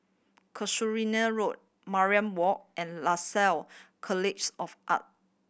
Casuarina Road Mariam Walk and Lasalle Colleagues of Art